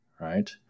right